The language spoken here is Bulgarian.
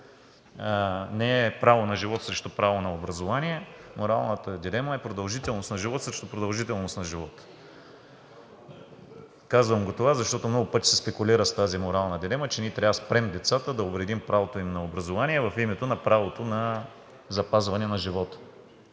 не е право на живот срещу право на образование – моралната дилема е продължителност на живот срещу продължителност на живот. Казвам това, защото много пъти се спекулира с тази морална дилема, че ние трябва да спрем децата, да увредим правото им на образование в името на правото на запазване на живота.